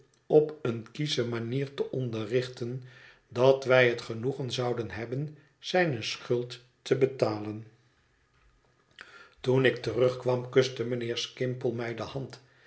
op eene kiesche manier te onderrichten dat wij het genoegen zouden hebben zijne schuld te betalen toen ik terugkwam kuste mijnheer skimpole mij de hand